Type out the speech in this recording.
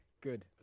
good